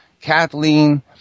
Kathleen